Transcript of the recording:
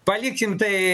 palikim tai